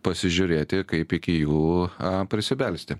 pasižiūrėti kaip iki jų prisibelsti